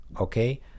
okay